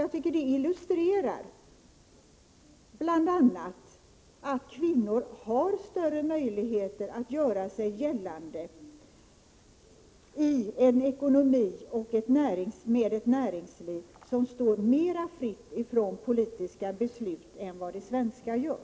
Jag tycker att detta bl.a. illustrerar att kvinnor har större möjligheter att göra sig gällande i ett samhälle med en ekonomi och ett näringsliv som är mera oberoende av politiska beslut än vad det svenska är.